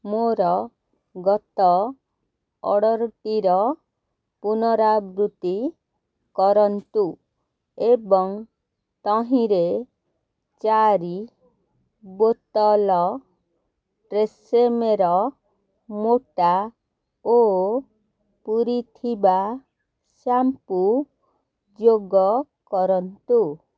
ମୋର ଗତ ଅର୍ଡ଼ର୍ଟିର ପୁନରାବୃତ୍ତି କରନ୍ତୁ ଏବଂ ତହିଁରେ ଚାରି ବୋତଲ ଟ୍ରେସେମେର ମୋଟା ଓ ପୂରିଥିବା ସାମ୍ପୁ ଯୋଗକରନ୍ତୁ